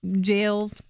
jail